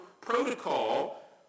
protocol